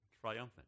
triumphant